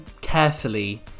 carefully